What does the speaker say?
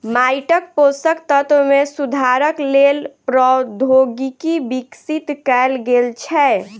माइटक पोषक तत्व मे सुधारक लेल प्रौद्योगिकी विकसित कयल गेल छै